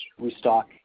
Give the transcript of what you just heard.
restock